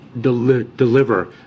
Deliver